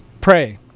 pray